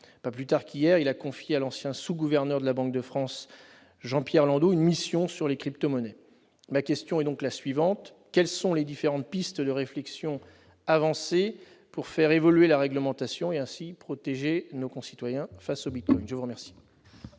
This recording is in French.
Pas plus tard qu'hier, il a confié à l'ancien sous-gouverneur de la Banque de France, Jean-Pierre Landau, une mission sur les crypto-monnaies. Ma question est donc la suivante : quelles sont les différentes pistes de réflexion avancées pour faire évoluer la réglementation et ainsi protéger nos concitoyens face au bitcoin ? La parole